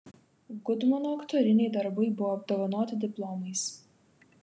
gudmono aktoriniai darbai buvo apdovanoti diplomais